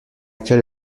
actuel